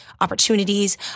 opportunities